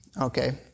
okay